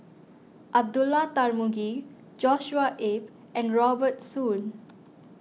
Abdullah Tarmugi Joshua Ip and Robert Soon